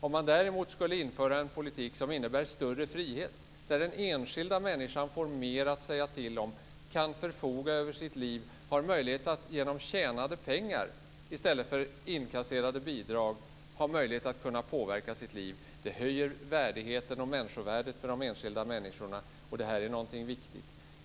Om man däremot skulle införa en politik som innebär större frihet, där den enskilda människan får mer att säga till om, kan förfoga över sitt liv, har möjlighet att genom tjänade pengar i stället för inkasserade bidrag påverka sitt liv höjer det värdigheten och människovärdet för de enskilda människorna. Det är något viktigt.